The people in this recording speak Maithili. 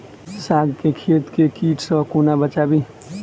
साग केँ खेत केँ कीट सऽ कोना बचाबी?